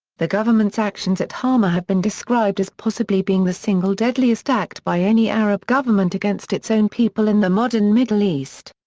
the government's actions at hama have been described as possibly being the single deadliest act by any arab government against its own people in the modern middle east.